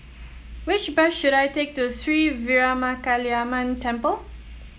which bus should I take to Sri Veeramakaliamman Temple